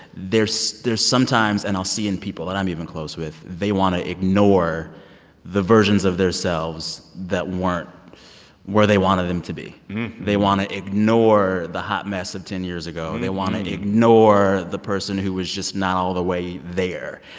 there's there's sometimes and i'll see in people that i'm even close with they want to ignore the versions of their selves that weren't where they wanted them to be they want to ignore the hot mess of ten years ago. and they want to ignore the person who was just not all the way there.